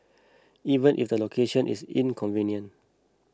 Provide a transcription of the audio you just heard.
even if the location is inconvenient